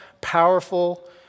powerful